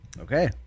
Okay